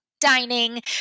dining